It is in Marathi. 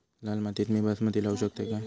लाल मातीत मी बासमती लावू शकतय काय?